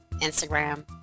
Instagram